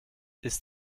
ist